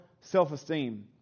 self-esteem